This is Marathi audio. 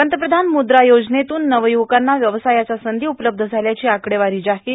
पंतप्रधान मुद्रा योजनेतून नवयुवकांना व्यवसायाच्या संधी उपलब्ध झाल्याची आकडेवारी जाहीर